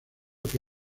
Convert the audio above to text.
que